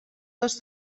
dos